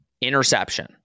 interception